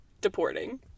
deporting